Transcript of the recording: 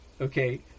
Okay